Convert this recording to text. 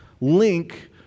link